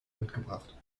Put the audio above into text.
mitgebracht